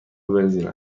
بنزین